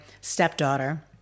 stepdaughter